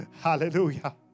Hallelujah